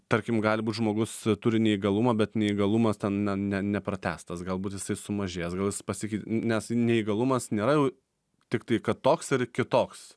tarkim gali būt žmogus turi neįgalumą bet neįgalumas ten ne ne nepratęstas galbūt jisai sumažėjęs gal jis pasikei nes neįgalumas nėra jau tiktai kad toks ir kitoks